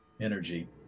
energy